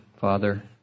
Father